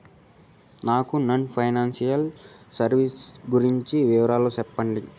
నాకు non financial services గురించి వివరాలు సెప్పండి?